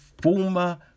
former